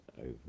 over